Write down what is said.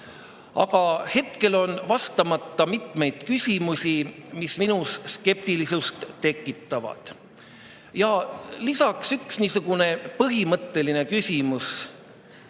Aga hetkel on vastamata mitmeid küsimusi, mis minus skeptilisust tekitavad. Ja lisaks on üks niisugune põhimõtteline küsimus.